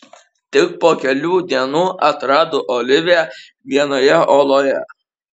tik po kelių dienų atrado oliviją vienoje oloje